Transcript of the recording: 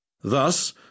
Thus